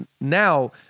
now